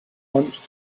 once